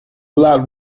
lot